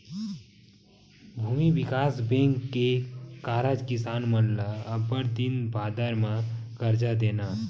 भूमि बिकास बेंक के कारज किसान मन ल अब्बड़ दिन बादर म करजा देना